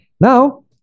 Now